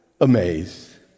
amazed